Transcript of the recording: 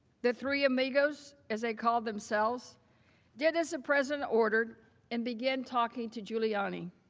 the three amigos as they call themselves did as the president ordered and began talking to giuliani.